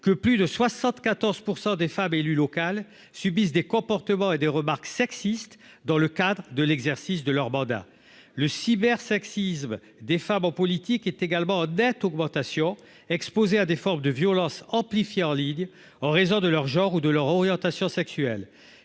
que plus de 74 % des femmes élues locales subissent des comportements et des remarques sexistes dans le cadre de l'exercice de leur mandat, le cyber sexisme des femmes en politique est également être augmentation exposées à des formes de violence amplifié en Ligue en raison de leur genre ou de leur orientation sexuelle,